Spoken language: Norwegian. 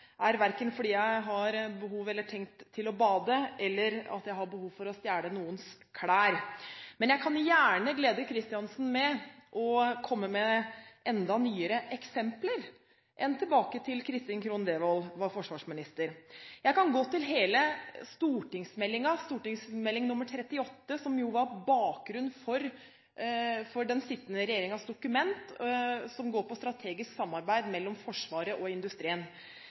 – verken fordi jeg har behov for å bade eller for å stjele noens klær – men jeg kan gjerne glede Kristiansen med å komme med enda nyere eksempler enn fra da Kristin Krohn Devold var forsvarsminister. Jeg kan gå til hele stortingsmeldingen, St.meld. nr. 38 for 2006–2007, som var bakgrunn for den sittende regjeringens dokument, og som går på strategisk samarbeid mellom Forsvaret og industrien.